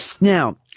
Now